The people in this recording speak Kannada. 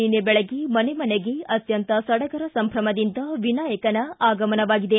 ನಿನ್ನೆ ಬೆಳಗ್ಗೆ ಮನೆ ಮನೆಗೆ ಅತ್ಯಂತ ಸಡಗರ ಸಂಭ್ರಮದಿಂದ ವಿನಾಯಕನ ಆಗಮನವಾಗಿದೆ